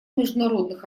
международных